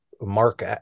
Mark